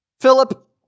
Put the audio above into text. Philip